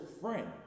friend